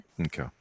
Okay